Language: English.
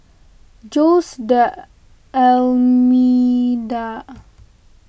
Jose D'Almeida